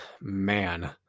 man